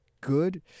good